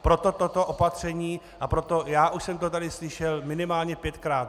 Proto toto opatření a proto já už jsem to tady slyšel minimálně pětkrát.